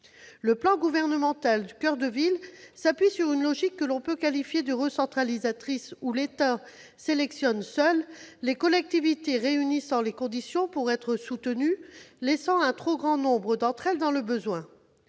Le plan gouvernemental « Action coeur de ville » s'appuie sur une logique que l'on peut qualifier de « recentralisatrice » dans laquelle l'État sélectionne seul les collectivités réunissant les conditions pour être soutenues, laissant un trop grand nombre d'entre elles dans le besoin.